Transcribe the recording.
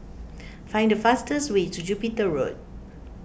find the fastest way to Jupiter Road